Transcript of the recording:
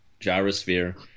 gyrosphere